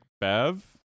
bev